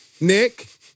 Nick